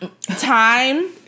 time